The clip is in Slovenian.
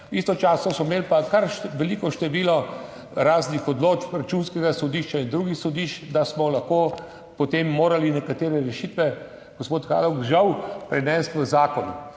Istočasno smo imeli pa kar veliko število raznih odločb Računskega sodišča in drugih sodišč, da smo lahko potem morali nekatere rešitve, gospod Kaloh, žal prenesti v zakon.